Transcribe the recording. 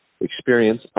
experience